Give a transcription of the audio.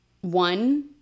one